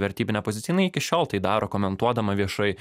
ver vertybinę poziciją jinai iki šiol tai daro komentuodama viešai